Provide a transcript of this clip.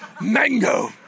mango